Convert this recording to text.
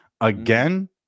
again